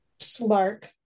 Slark